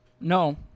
No